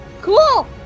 Cool